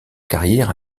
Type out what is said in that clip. carrière